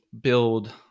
build